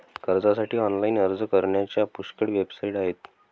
कर्जासाठी ऑनलाइन अर्ज करण्याच्या पुष्कळ वेबसाइट आहेत